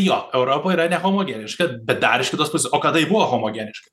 jo europa yra nehomogeniška bet dar iš kitos pusės o kada ji buvo homogeniška